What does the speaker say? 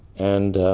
and